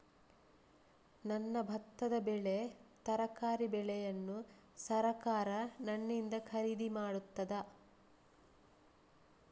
ನನ್ನ ಭತ್ತದ ಬೆಳೆ, ತರಕಾರಿ ಬೆಳೆಯನ್ನು ಸರಕಾರ ನನ್ನಿಂದ ಖರೀದಿ ಮಾಡುತ್ತದಾ?